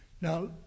Now